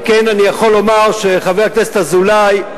על כן אני יכול לומר שחבר הכנסת אזולאי,